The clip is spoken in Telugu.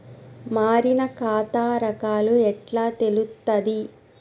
మారిన ఖాతా రకాలు ఎట్లా తెలుత్తది?